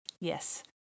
Yes